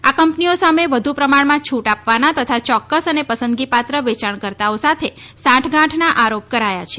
આ કંપનીઓ સામે વધુ પ્રમાણમાં છુટ આપવાના તથા ચોક્ક્સ અને પસંદગીપાત્ર વેચાણ કર્તાઓ સાથે સાંઠ ગાંઠના આરોપ કરાયા છે